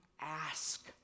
ask